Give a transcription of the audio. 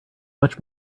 much